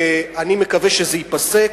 ואני מקווה שזה ייפסק.